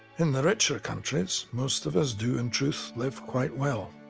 in the richer countries most of us, do in truth, live quite well.